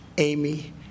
Amy